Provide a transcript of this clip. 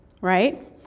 right